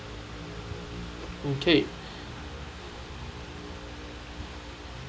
okay